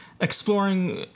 exploring